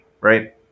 right